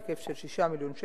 בהיקף של 6 מיליון שקלים,